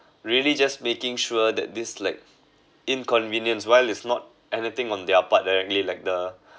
really just making sure that this like inconvenience while it's not anything on their part directly like the